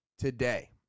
today